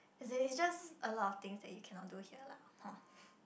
as in it's just a lot of things that you cannot do here lah hor